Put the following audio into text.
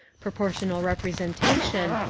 proportional representation,